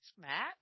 Matt